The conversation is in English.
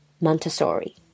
Montessori